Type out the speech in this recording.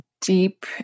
deep